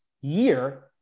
year